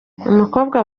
umukobwa